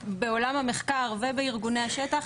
בעולם המחקר ובארגוני השטח,